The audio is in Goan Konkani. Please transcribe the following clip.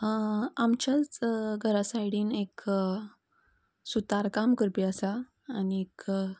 आमच्याच घरा सायडीन एक सुतार काम करपी आसा आनीक